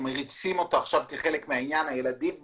מריצים אותה כחלק מהעניין שהילדים בבית,